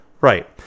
right